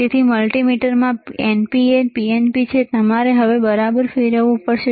તેથી મલ્ટિમીટરમાં જ NPN PNP છે તમારે તેને બરાબર ફેરવવું પડશે